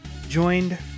joined